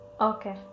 okay